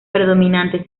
predominante